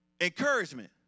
Encouragement